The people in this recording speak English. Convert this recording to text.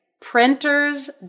printer's